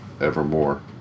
evermore